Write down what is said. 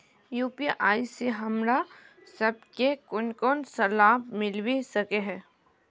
UPI से हमरा सब के कोन कोन सा लाभ मिलबे सके है?